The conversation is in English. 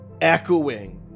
echoing